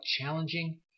challenging